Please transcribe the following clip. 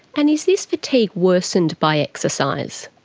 and is this fatigue worsened by exercise?